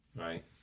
Right